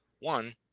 One